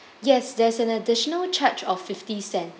yes there's an additional charge of fifty cent